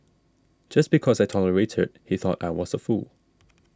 just because I tolerated he thought I was a fool